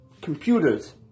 computers